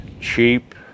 cheap